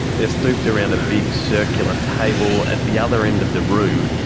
they're stooped around a big circular table at the other end of the room,